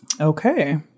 Okay